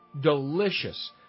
delicious